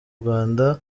rwanda